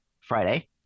Friday